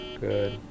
Good